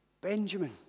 Benjamin